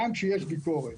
גם כשיש ביקורת.